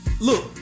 look